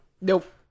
Nope